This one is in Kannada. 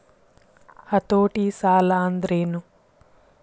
ಹತೋಟಿ ಸಾಲಾಂದ್ರೆನ್?